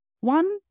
one